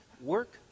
work